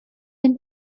been